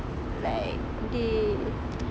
like they